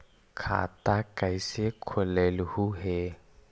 खाता कैसे खोलैलहू हे?